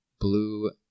blue